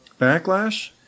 backlash